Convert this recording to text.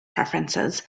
preferences